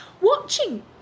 watching